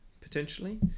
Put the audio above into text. potentially